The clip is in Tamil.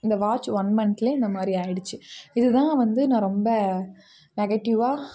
இந்த வாட்ச் ஒன் மந்த்ல இந்த மாதிரி ஆயிடுச்சு இதுதான் வந்து நான் ரொம்ப நெகட்டிவாக